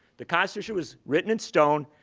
the constitution was written in stone,